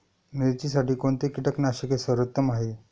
मिरचीसाठी कोणते कीटकनाशके सर्वोत्तम आहे?